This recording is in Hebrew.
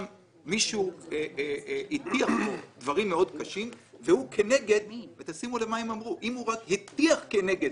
מישהו הטיח בי דברים מאוד קשים אז אמרו חכמים שאם הנפגע רק הטיח כנגד